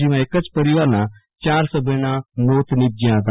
જેમાં એક જ પરિવારના ચાર સભ્યોના મોત નીપજયા હતા